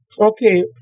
Okay